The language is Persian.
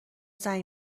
زنگ